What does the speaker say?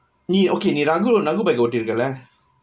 நீ:nee okay நீ:nee raghu raghu bike ஓட்டிருக்கல:otirukkala